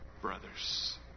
brothers